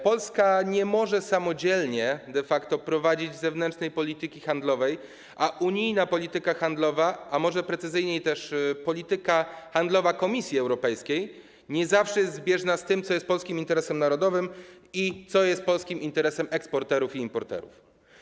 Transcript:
Polska nie może samodzielnie de facto prowadzić zewnętrznej polityki handlowej, a unijna polityka handlowa, a może precyzyjniej: polityka handlowa Komisji Europejskiej, nie zawsze jest zbieżna z tym, co jest polskim interesem narodowym i co jest polskim interesem eksporterów i importerów.